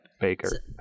Baker